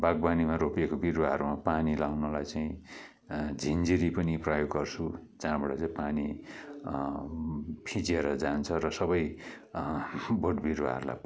बागवानीमा रोपिएको बिरुवाहरूमा पानी लाउनुलाई चाहिँ झिन्जिरी पनि प्रयोग गर्छु जहाँबाट चाहिँ पानी फिँजिएर जान्छ र सबै बोट बिरुवाहरूलाई पर्छ